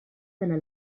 dalla